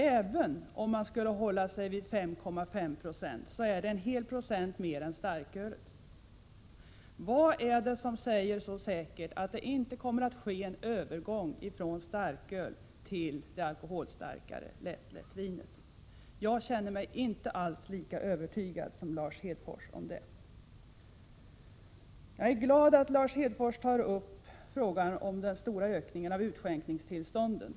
Även om vinet skulle hålla en nivå på 5,5 90 är nivån en hel procentenhet högre än för starkölet. Vad är det som säger så säkert att det inte kommer att ske en övergång av konsumtionen från starköl till det alkoholstarkare lättlättvinet? Jag känner mig inte lika övertygad som Lars Hedfors. Jag är glad att Lars Hedfors tar upp frågan om den stora ökningen av utskänkningstillstånden.